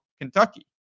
kentucky